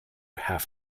have